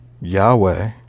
Yahweh